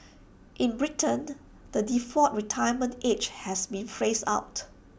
in Britain the default retirement age has been phased out